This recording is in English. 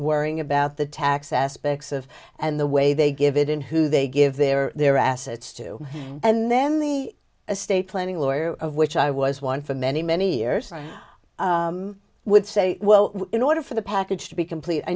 worrying about the tax aspects of and the way they give it in who they give their their assets to and then the estate planning lawyer of which i was one for many many years i would say well in order for the package to be complete i